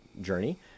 journey